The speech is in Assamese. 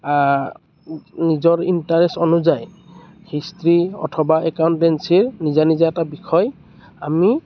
নিজৰ ইণ্টাৰেষ্ট অনুযায়ী হিষ্ট্ৰী অথবা একাউণ্টেচীৰ নিজা নিজা এটা বিষয় আমি